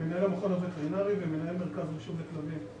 מנהל המכון הווטרינרי ומנהל מרכז הרישום לכלבים.